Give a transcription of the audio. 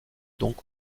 donc